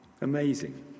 Amazing